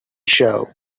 show